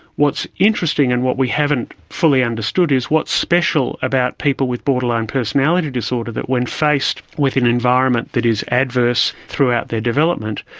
what's interesting and what we haven't fully understood is what's special about people with borderline personality disorder, that when faced with an environment that is adverse throughout their development,